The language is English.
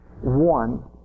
one